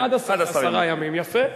עשרה ימים, יפה,